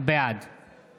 בעד